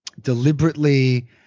deliberately